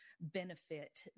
benefit